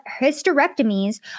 hysterectomies